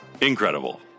incredible